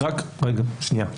רק רגע, שנייה.